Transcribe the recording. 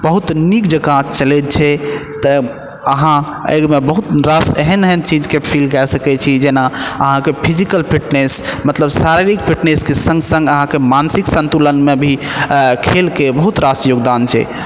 बहुत नीक जकाँ चलै छै तऽ अहाँ एहिमे बहुत रास एहन एहन चीजके फिल कए सकै छी जेना अहाँके फिजिकल फिटनेस मतलब शारीरिक फिटनेसके सङ्ग सङ्ग अहाँके मानसिक सन्तुलनमे भी खेलके बहुत रास योगदान छै